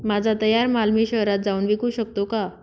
माझा तयार माल मी शहरात जाऊन विकू शकतो का?